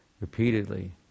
repeatedly